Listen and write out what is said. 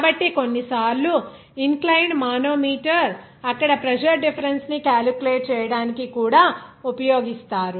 కాబట్టి కొన్నిసార్లు inclined manometer అక్కడ ప్రెజర్ డిఫరెన్స్ ని క్యాలిక్యులేట్ చేయడానికి కూడా ఉపయోగిస్తారు